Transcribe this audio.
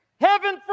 Heaven